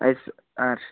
ಆಯ್ತು ಸರ್ ಹಾಂ ರೀ